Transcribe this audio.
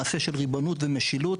מעשה של ריבונות ומשילות,